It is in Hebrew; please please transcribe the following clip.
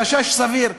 חשש סביר.